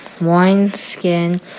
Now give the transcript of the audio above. wineskin